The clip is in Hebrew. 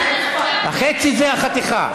החצי זה החתיכה.